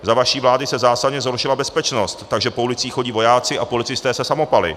Za vaší vlády se zásadně zhoršila bezpečnost, takže po ulicích chodí vojáci a policisté se samopaly.